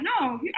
no